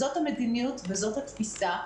זאת המדיניות וזאת התפיסה.